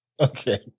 Okay